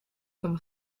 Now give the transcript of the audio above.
comme